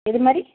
எதுமாதிரி